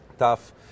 tough